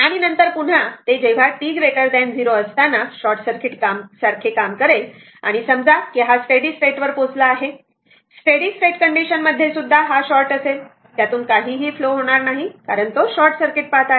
आणि नंतर पुन्हा ते जेव्हा t 0 असताना हे शॉर्ट सर्किट सारखे काम करेल आणि समजा कि हा स्टेडी स्टेट वर पोहोचला आहे स्टेडी स्टेट कंडिशन मध्ये सुद्धा हा शॉर्ट असेल त्यातुन काही हि फ्लो होणार नाही कारण तो शॉर्ट सर्किट पाथ आहे